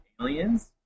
aliens